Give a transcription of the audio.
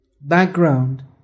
background